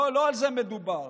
לא על זה מדובר.